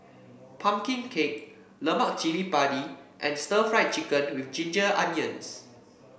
pumpkin cake Lemak Cili Padi and Stir Fried Chicken with Ginger Onions